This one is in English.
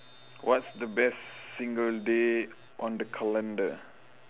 what's the best single day on the calendar